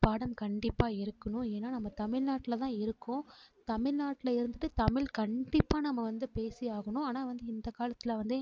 பாடம் கண்டிப்பாக இருக்கணும் ஏன்னால் நம்ம தமிழ்நாட்டில் தான் இருக்கோம் தமிழ்நாட்டில் இருந்துட்டு தமிழ் கண்டிப்பாக நம்ம வந்து பேசியே ஆகணும் ஆனால் வந்து இந்த காலத்தில் வந்து